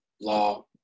Law